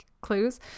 clues